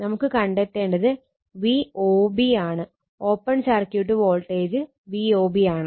നമുക്ക് കണ്ടത്തേണ്ടത് VOB ആണ് ഓപ്പൺ സർക്യൂട്ട് വോൾട്ടേജ് VOB ആണ്